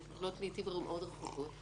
הן מתקבלות לעתים מאוד רחוקות.